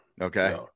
Okay